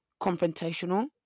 confrontational